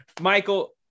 michael